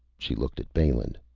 she looked at balin.